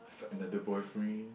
find another boyfriend